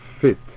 fit